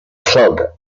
club